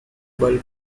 bulb